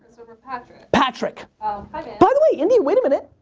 so from patrick. patrick. hi by the way india, wait a minute.